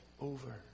over